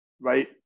right